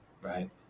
right